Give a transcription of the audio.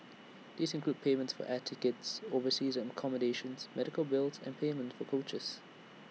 these include payments for air tickets overseas accommodations medical bills and payment for coaches